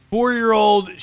Four-year-old